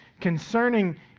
concerning